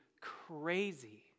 crazy